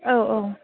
औ औ